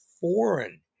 foreign